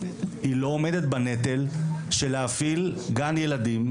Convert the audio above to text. היא לא עומדת בנטל של להפעיל גן ילדים,